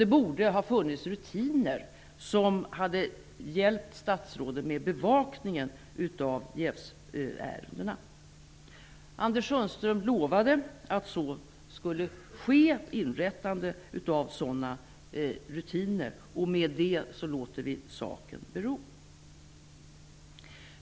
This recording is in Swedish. Det borde ha funnits rutiner som hade hjälpt statsrådet med bevakningen av jävsärendena. Anders Sundström lovade att ett inrättande av sådana rutiner skulle ske, och med det låter vi saken bero.